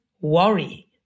worry